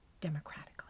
democratically